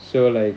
so like